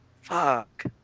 Fuck